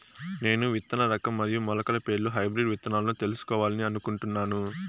నేను విత్తన రకం మరియు మొలకల పేర్లు హైబ్రిడ్ విత్తనాలను తెలుసుకోవాలని అనుకుంటున్నాను?